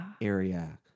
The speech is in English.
area